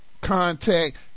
contact